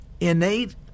innate